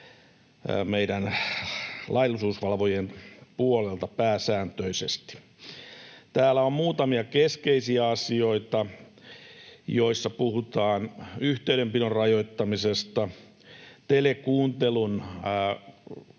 meidän laillisuusvalvojien puolelta pääsääntöisesti. Täällä on muutamia keskeisiä asioita, joissa puhutaan yhteydenpidon rajoittamisesta, telekuuntelun mahdollistamisesta